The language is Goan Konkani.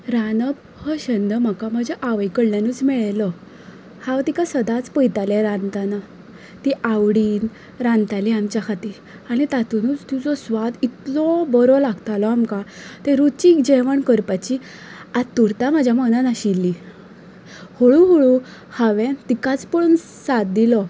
रांदप हो छंद म्हाका म्हज्या आवय कडल्यानच मेळिल्लो हांव तिका सदांच पळयतालें रांदतना ती आवडीन रांदताली आमच्या खातीर आनी तातूंनच तिचो स्वाद इतलो बरो लागतालो आमकां तें रुचीक जेवण करपाची आतूरता म्हज्या मनान आशिल्ली हळूहळू हांवें तिकाच पळोवन साद दिलो